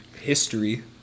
history